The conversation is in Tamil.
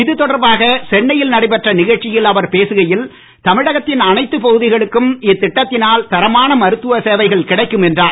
இது தொடர்பாக சென்னையில் நடைபெற்ற நிகழ்ச்சியில் அவர் பேசுகையில் தமிழகத்தின் அனைத்து பகுதிகளுக்கும் இத்திட்டத்தினால் தரமான மருத்துவ சேவைகள் கிடைக்கும் என்றார்